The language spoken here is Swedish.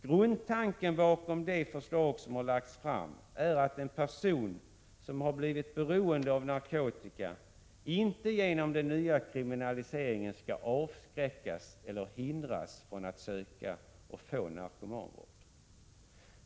Grundtanken bakom förslaget är att en person som har blivit beroende av narkotika inte, genom den nya kriminaliseringen, skall avskräckas eller hindras från att söka och få narkomanvård.